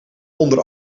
onder